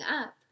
up